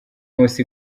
nkusi